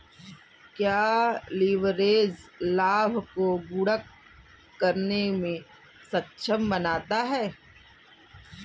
क्या लिवरेज लाभ को गुणक करने में सक्षम बनाता है?